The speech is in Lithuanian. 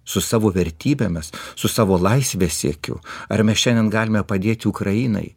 su savo vertybėmis su savo laisvės siekiu ar mes šiandien galime padėti ukrainai